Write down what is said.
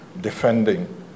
defending